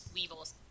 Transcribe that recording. Weevil's